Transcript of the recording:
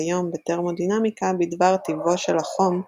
כיום בתרמודינמיקה בדבר טיבו של החום,